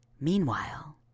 Meanwhile